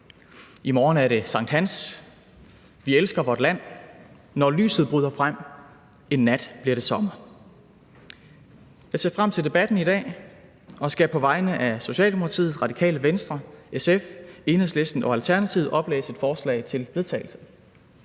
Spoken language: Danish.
I morgen er det sankthans. »Vi elsker vort land«, »Når lyset bryder frem«, »En nat bliver det sommer«. Jeg ser frem til debatten i dag og skal på vegne af Socialdemokratiet, Radikale Venstre, SF, Enhedslisten og Alternativet oplæse et forslag til vedtagelse: